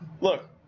Look